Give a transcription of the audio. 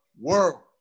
world